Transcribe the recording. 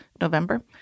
November